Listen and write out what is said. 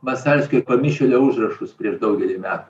masalskio pamišėlio užrašus prieš daugelį metų